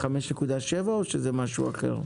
5.7 או שזה משהו אחר?